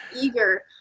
eager